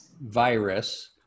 virus